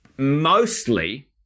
mostly